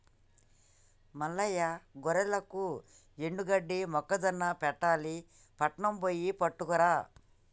మల్లయ్య గొర్రెలకు ఎండుగడ్డి మొక్కజొన్న పెట్టాలి పట్నం బొయ్యి పట్టుకురా